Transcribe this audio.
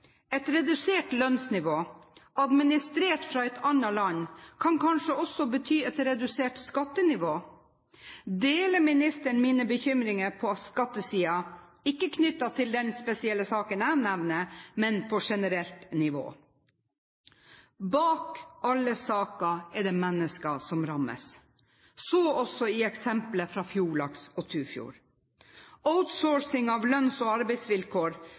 Et redusert lønnsnivå administrert fra et annet land kan kanskje også bety et redusert skattenivå. Deler ministeren mine bekymringer på skattesiden – ikke knyttet til den spesielle saken jeg nevner, men på generelt nivå? Bak alle saker er det mennesker som rammes, så også i eksemplet fra Fjordlaks og Tufjord. Outsourcing av lønns- og arbeidsvilkår